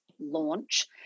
launch